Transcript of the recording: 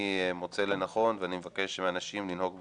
מוצא לנכון ואני מבקש מאנשים לנהוג בסובלנות.